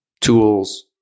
tools